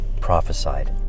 prophesied